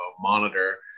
monitor